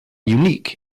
unique